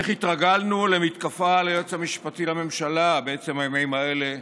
איך התרגלנו למתקפה על היועץ המשפטי לממשלה בעצם הימים האלה,